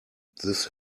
this